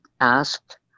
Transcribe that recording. asked